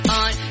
on